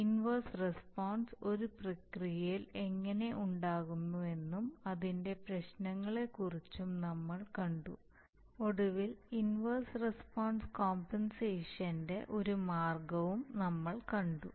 inverse response ഒരു പ്രക്രിയയിൽ എങ്ങനെ ഉണ്ടാകുന്നുവെന്നും അതിന്റെ പ്രശ്നങ്ങളെക്കുറിച്ചും നമ്മൾ കണ്ടു ഒടുവിൽ ഇൻവർസ് റസ്പോൺസ് കോമ്പൻസേഷൻറെ ഒരു മാർഗം നമ്മൾ കണ്ടു